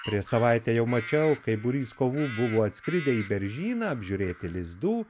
prieš savaitę jau mačiau kaip būrys kovų buvo atskridę į beržyną apžiūrėti lizdų